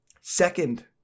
Second